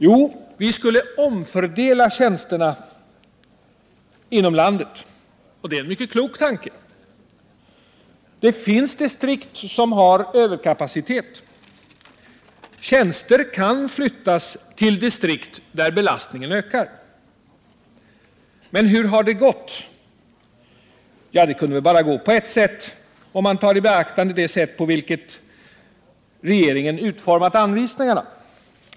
Jo, vi skulle omfördela tjänsterna inom landet. Och det är en mycket klok tanke. Det finns distrikt som har överkapacitet. Tjänster kan flyttas till distrikt där belastningen har ökat. Men hur har det gått? Ja, det kunde väl bara gå på ett sätt, om man tar i beaktande det sätt på vilket regeringen har utformat anvisningarna.